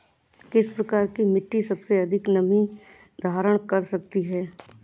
किस प्रकार की मिट्टी सबसे अधिक नमी धारण कर सकती है?